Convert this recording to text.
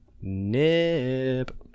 Nip